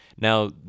Now